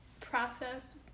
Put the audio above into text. process